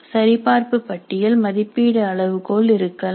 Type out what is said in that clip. சரிபார்ப்பு பட்டியல் மதிப்பீடு அளவுகோல் இருக்கலாம்